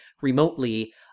remotely